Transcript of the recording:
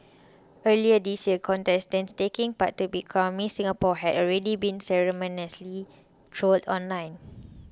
earlier this year contestants taking part to be crowned Miss Singapore had already been ceremoniously trolled online